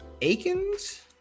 Aikens